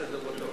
בעד,